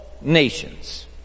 nations